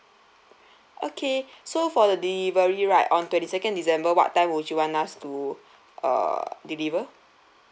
okay so for the delivery right on twenty second december what time would you want us to uh deliver